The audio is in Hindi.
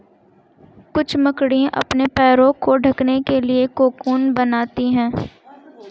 कुछ मकड़ियाँ अपने पैरों को ढकने के लिए कोकून बनाती हैं